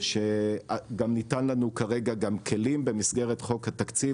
שגם ניתנו לנו כרגע כלים במסגרת חוק התקציב,